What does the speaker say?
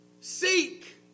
Seek